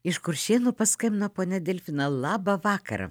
iš kuršėnų paskambina ponia delfina labą vakarą